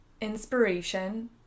inspiration